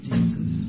Jesus